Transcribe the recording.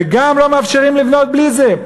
וגם לא מאפשרים לבנות בלי זה.